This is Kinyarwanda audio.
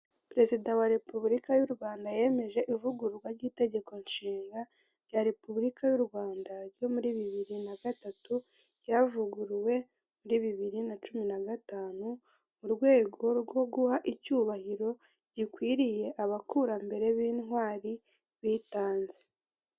Perezida wa repubulika y'u Rwanda yemeje ivugururwa ry'itegeko nshinga rya repubulika y'u Rwanda, ryo muri bibiri na gatatu. Ryavuguruwe muri bibiri na cumi na gatanu, mu rwego rwo guha icyubahiro gikwiriye abakurambere b'intwari bitanze.